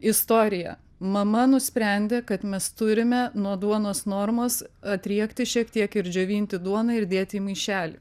istorija mama nusprendė kad mes turime nuo duonos normos atriekti šiek tiek ir džiovinti duoną ir dėti į maišelį